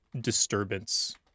disturbance